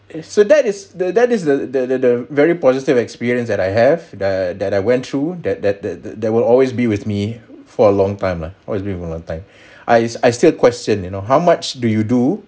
so that is the that is the the the very positive experience that I have that that I went through that that that there will always be with me for a long time lah or always with me fot a long time I I still question you know how much do you do